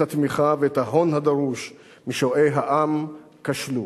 התמיכה ואת ההון הדרוש משועי העם כשלו.